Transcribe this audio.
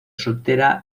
soltera